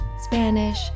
Spanish